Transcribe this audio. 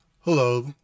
Hello